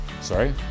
sorry